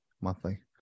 Monthly